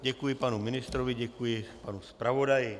Děkuji panu ministrovi, děkuji panu zpravodaji.